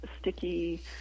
sticky